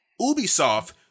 Ubisoft